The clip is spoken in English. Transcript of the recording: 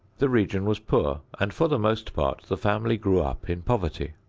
the region was poor, and for the most part the family grew up in poverty.